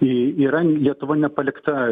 y yra lietuva nepalikta